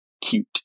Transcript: cute